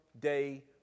day